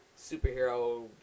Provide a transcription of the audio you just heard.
superhero